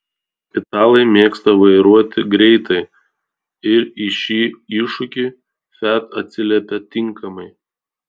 italai mėgsta vairuoti greitai ir į šį iššūkį fiat atsiliepia tinkamai